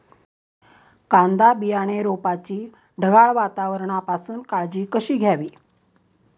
कांदा बियाणे रोपाची ढगाळ वातावरणापासून काळजी कशी घ्यावी?